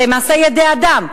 זה מעשה ידי אדם.